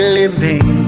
living